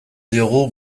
diogu